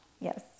Yes